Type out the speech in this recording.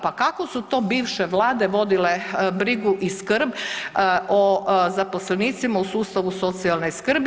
Pa kako su to bivše vlade vodile brigu i skrb o zaposlenicima u sustavu socijalne skrbi?